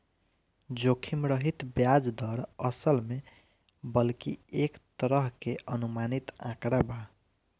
जोखिम रहित ब्याज दर, असल में बल्कि एक तरह के अनुमानित आंकड़ा बा